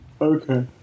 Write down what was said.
Okay